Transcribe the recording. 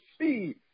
see